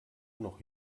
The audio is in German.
noch